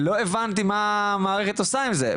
לא הבנתי מה המערכת עושה עם זה?